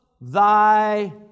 thy